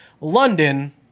London